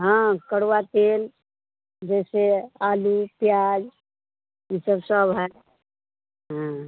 हाँ कड़वा तेल जैसे आलू प्याज़ ई सब सब हैं हाँ